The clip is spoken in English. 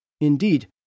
Indeed